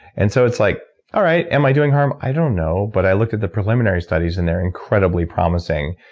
and so it's like all right. am i doing harm? i don't know, but i looked at the preliminary studies and they're incredibly promising,